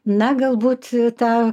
na galbūt tą